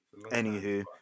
anywho